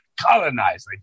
Colonizing